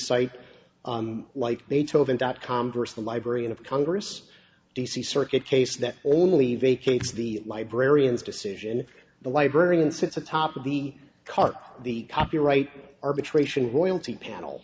cite like beethoven dot com versus the librarian of congress d c circuit case that only vacates the librarians decision the librarian sits atop of the cart the copyright arbitration royalty panel